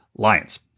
Lions